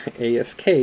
ASK